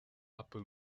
apple